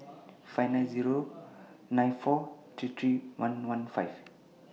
five nine Zero nine four three three one one five